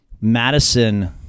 Madison